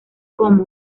como